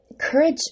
courage